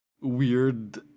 weird